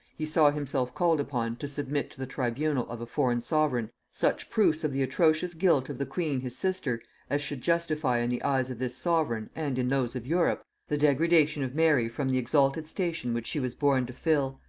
he saw himself called upon to submit to the tribunal of a foreign sovereign such proofs of the atrocious guilt of the queen his sister as should justify in the eyes of this sovereign, and in those of europe, the degradation of mary from the exalted station which she was born to fill,